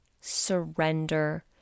surrender